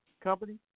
company